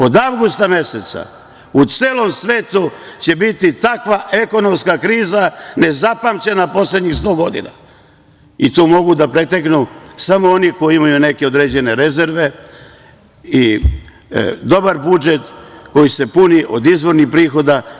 Od avgusta meseca u celom svetu će biti takva ekonomska kriza nezapamćena poslednjih sto godina i tu mogu da preteknu samo oni koji imaju određene neke rezerve i dobar budžet koji se puni od izvornih prihoda.